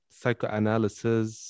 psychoanalysis